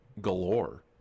galore